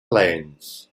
lanes